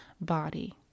body